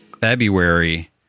February